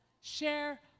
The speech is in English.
share